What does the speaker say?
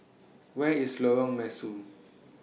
Where IS Lorong Mesu